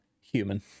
human